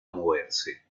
moverse